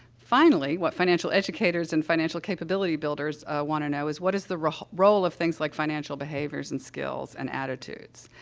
finally, what financial educators and financial capability builders, ah, want to know is, what is the role role of things like financial behaviors and skills and attitudes.